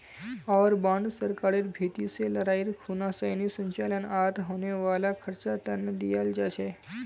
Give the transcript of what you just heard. war bond सरकारेर भीति से लडाईर खुना सैनेय संचालन आर होने वाला खर्चा तने दियाल जा छे